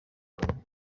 bane